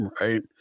Right